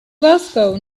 glasgow